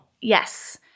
Yes